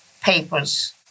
papers